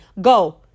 Go